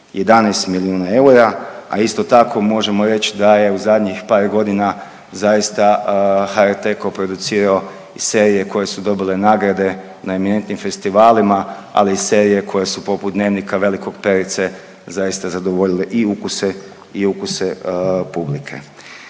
11 milijuna eura, a isto tako možemo reći da je u zadnjih par godina zaista HRT koproducirao i serije koje su dobile nagrade na eminentnim festivalima ali i serije koje su poput Dnevnika velikog Perice, zaista zadovoljile i ukuse, i ukuse publike.